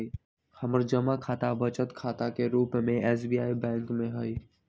हमर जमा खता बचत खता के रूप में एस.बी.आई बैंक में हइ